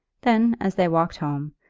then, as they walked home,